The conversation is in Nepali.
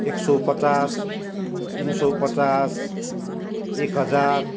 एक सौ पचास तिन सौ पचास एक हजार